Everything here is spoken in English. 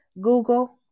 Google